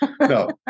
No